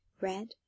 red